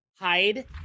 hide